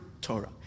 Torah